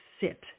sit